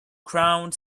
crowd